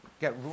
get